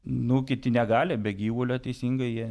nu kiti negali be gyvulio teisingai jie